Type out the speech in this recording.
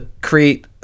create